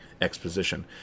exposition